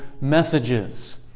messages